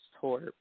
Tour